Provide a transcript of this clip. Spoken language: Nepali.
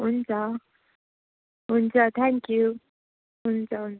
हुन्छ हुन्छ थ्याङ्क्यु हुन्छ हुन्छ